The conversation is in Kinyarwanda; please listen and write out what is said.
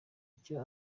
icyo